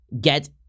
get